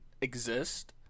exist